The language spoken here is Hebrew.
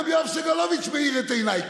גם יואב סגלוביץ' מאיר את עיניי.